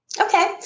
Okay